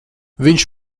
viņš